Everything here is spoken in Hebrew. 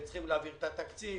הם צריכים להעביר את התקציב,